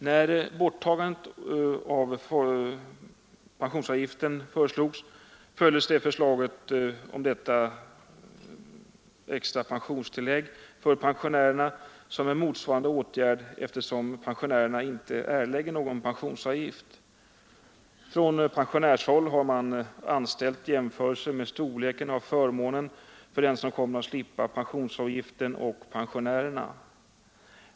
När borttagandet av pensionsavgiften föreslogs föddes också förslaget om detta extra pensionstillägg för pensionärerna som en motsvarande åtgärd, eftersom pensionärerna inte erlägger någon pensionsavgift. Från pensionärshåll har jämförelser gjorts mellan storleken av förmånen för dem som slipper pensionsavgifter och pensionärerna.